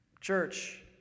Church